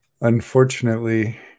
Unfortunately